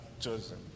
chosen